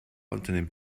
unternimmt